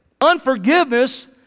Unforgiveness